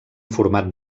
format